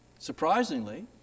Surprisingly